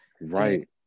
right